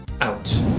out